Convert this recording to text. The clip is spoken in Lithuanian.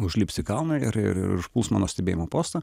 užlips į kalną ir ir užplūs mano stebėjimo postą